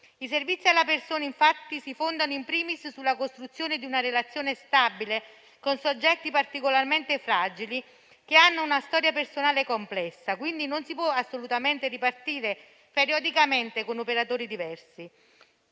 I servizi alla persona, infatti, si fondano *in primis* sulla costruzione di una relazione stabile con soggetti particolarmente fragili che hanno una storia personale complessa. Quindi, non si può assolutamente ripartire periodicamente con operatori diversi.